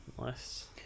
Nice